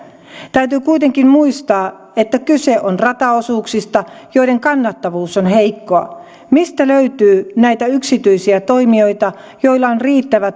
täytyy kuitenkin muistaa että kyse on rataosuuksista joiden kannattavuus on heikkoa mistä löytyy näitä yksityisiä toimijoita joilla on riittävää